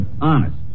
honest